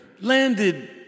landed